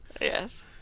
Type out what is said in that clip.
Yes